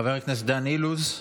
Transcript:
חבר הכנסת דן אילוז,